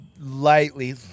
lightly